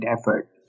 effort